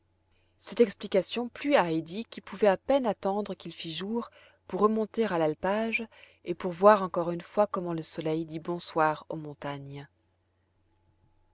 cette explication plut à heidi qui pouvait à peine attendre qu'il fît jour pour remonter à l'alpage et voir encore une fois comment le soleil dit bonsoir aux montagnes